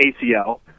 ACL